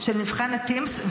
של מבחן הטימס,